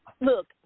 look